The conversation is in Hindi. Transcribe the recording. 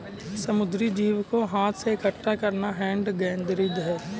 समुद्री जीव को हाथ से इकठ्ठा करना हैंड गैदरिंग है